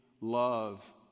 love